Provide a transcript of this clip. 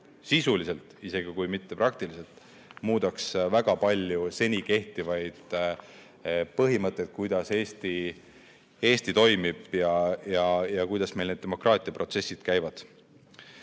sisuliselt – isegi kui mitte praktiliselt – väga palju seni kehtivaid põhimõtteid, kuidas Eesti toimib ja kuidas meil need demokraatiaprotsessid käivad.